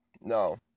No